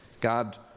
God